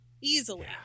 easily